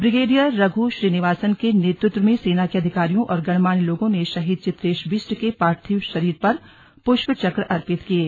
brigadier Raghu Srinivasan के नेतृत्व में सेना के अधिकारियों और गणमान्य लोगों ने शहीद चित्रेश बिष्ट के पार्थिव शरीर पर पुष्य चक्र अर्पित किये